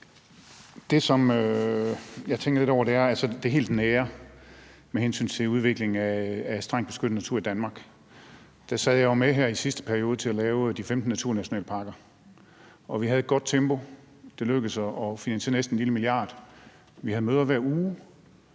Det, som jeg tænkte lidt over, er det helt nære med hensyn til udviklingen af strengt beskyttet natur i Danmark. Der var jeg jo her i sidste periode med til at lave de 15 naturnationalparker, og vi havde et godt tempo. Det lykkedes at finde næsten en lille milliard. Vi havde møder hver uge.